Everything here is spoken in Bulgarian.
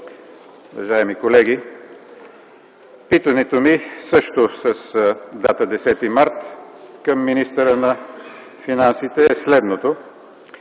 уважаеми колеги! Питането ми също с дата 10 март към министъра на финансите е следното.